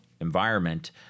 environment